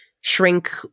shrink